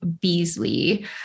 Beasley